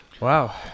Wow